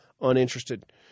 uninterested